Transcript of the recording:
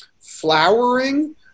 flowering